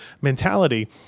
mentality